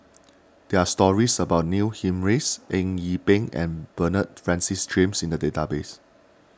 there are stories about Neil Humphreys Eng Yee Peng and Bernard Francis James in the database